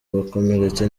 abakomeretse